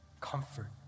comfort